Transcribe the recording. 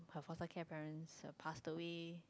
her foster care parents uh passed away